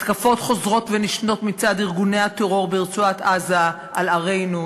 התקפות חוזרות ונשנות מצד ארגוני הטרור ברצועת-עזה על ערינו,